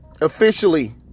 Officially